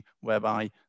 whereby